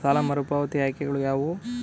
ಸಾಲ ಮರುಪಾವತಿ ಆಯ್ಕೆಗಳು ಯಾವುವು?